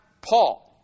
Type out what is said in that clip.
Paul